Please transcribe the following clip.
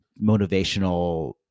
motivational